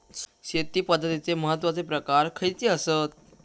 शेती पद्धतीचे महत्वाचे प्रकार खयचे आसत?